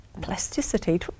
plasticity